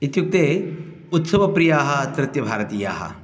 इत्युक्ते उत्सवप्रियाः अत्रत्य भारतीयाः